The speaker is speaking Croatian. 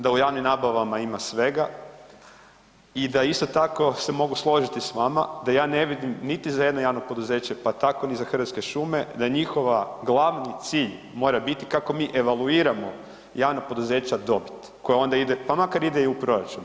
Da u javnim nabavama ima svega i da isto tako se mogu složiti s vama da ja ne vidim niti za jedno javno poduzeće pa tako ni za Hrvatske šume da je njihova glavni cilj mora biti kako bi evaluiramo javna poduzeća dobit, koja onda ide, pa makar ide i u proračun.